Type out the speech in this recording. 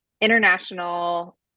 international